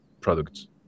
products